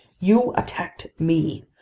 you attacked me!